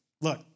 look